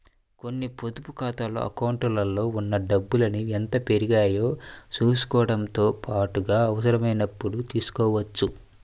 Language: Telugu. కొన్ని పొదుపు ఖాతాల అకౌంట్లలో ఉన్న డబ్బుల్ని ఎంత పెరిగాయో చూసుకోవడంతో పాటుగా అవసరమైనప్పుడు తీసుకోవచ్చు